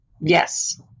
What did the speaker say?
Yes